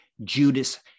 Judas